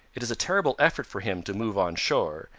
it is a terrible effort for him to move on shore,